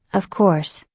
of course,